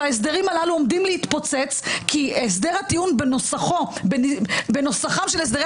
וההסדרים הללו עומדים להתפוצץ כי הסדר הטיעון בנוסחם של הסדרי